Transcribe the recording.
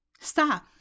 Stop